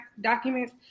documents